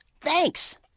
Thanks